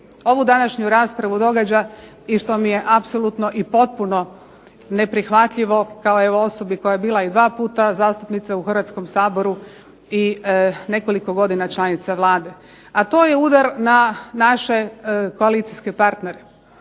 ovu današnju raspravu događa i što mi je apsolutno i potpuno neprihvatljivo kao evo osobi koja je bila i dva puta zastupnica u Hrvatskom saboru i nekoliko godina članica Vlade, a to je udar na naše koalicijske partnere,